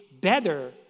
better